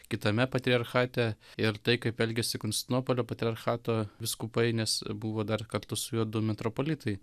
kitame patriarchate ir tai kaip elgiasi konstantinopolio patriarchato vyskupai nes buvo dar kartu su juo du metropolitai